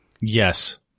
Yes